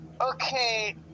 Okay